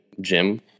gym